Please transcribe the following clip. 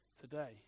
today